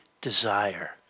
desire